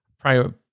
prior